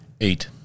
Eight